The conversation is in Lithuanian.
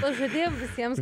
pažadėjom visiems